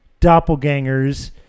doppelgangers